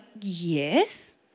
yes